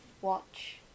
watch